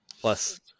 plus